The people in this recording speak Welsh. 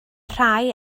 rhai